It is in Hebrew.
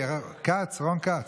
רון כץ,